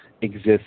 exists